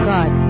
God